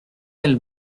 quel